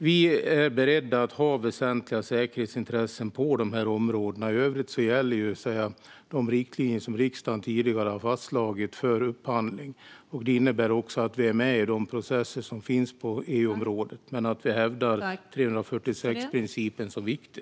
Vi är beredda att ha väsentliga säkerhetsintressen på de områdena. I övrigt gäller de riktlinjer som riksdagen tidigare har fastslagit för upphandling. Det innebär också att vi är med i de processer som finns på EU-området men hävdar att principen i artikel 346 är viktig.